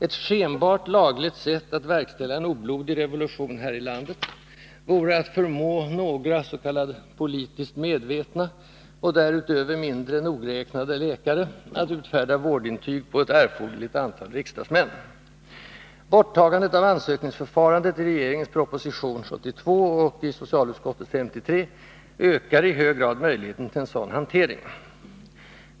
Ett skenbart lagligt sätt att verkställa en oblodig revolution här i landet vore att förmå några ”politiskt medvetna” och därutöver mindre nogräknade läkare att utfärda vårdintyg på ett erforderligt antal riksdagsmän. Borttagandet av ansökningsförfarandet i regeringens proposition 72 och socialutskottets betänkande 53 ökar i hög grad möjligheten till en sådan hantering.